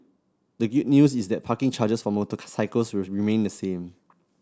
the good news is that parking charges for motor cycles will remain the same